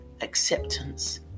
acceptance